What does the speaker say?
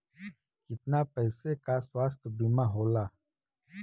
कितना पैसे का स्वास्थ्य बीमा होला?